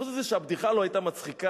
חוץ מזה שהבדיחה לא היתה מצחיקה,